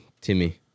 Timmy